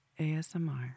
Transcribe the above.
ASMR